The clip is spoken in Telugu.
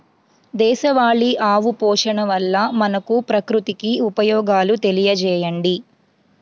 దేశవాళీ ఆవు పోషణ వల్ల మనకు, ప్రకృతికి ఉపయోగాలు తెలియచేయండి?